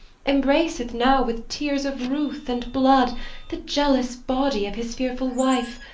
embraceth now with tears of ruth and blood the jealous body of his fearful wife,